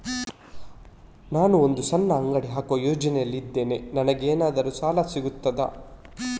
ನಾನು ಒಂದು ಸಣ್ಣ ಅಂಗಡಿ ಹಾಕುವ ಯೋಚನೆಯಲ್ಲಿ ಇದ್ದೇನೆ, ನನಗೇನಾದರೂ ಸಾಲ ಸಿಗ್ತದಾ?